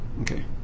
Okay